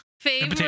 favorite